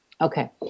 Okay